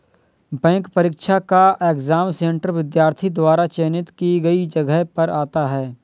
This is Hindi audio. बैंक परीक्षा का एग्जाम सेंटर विद्यार्थी द्वारा चयनित की गई जगह पर आता है